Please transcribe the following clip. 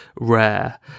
rare